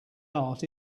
art